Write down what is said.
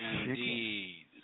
indeed